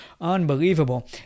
Unbelievable